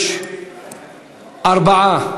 יש ארבעה.